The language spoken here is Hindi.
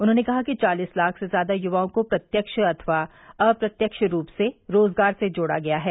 उन्होंने कहा कि चालीस लाख से ज्यादा युवाओं को प्रत्यक्ष अथवा अप्रत्यक्ष रूप से रोजगार से जोड़ा गया है